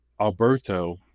Alberto